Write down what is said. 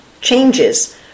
changes